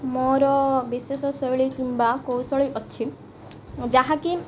ମୋର ବିଶେଷ ଶୈଳୀ କିମ୍ବା କୌଶଳୀ ଅଛି ଯାହାକି